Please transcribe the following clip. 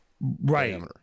Right